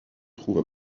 trouve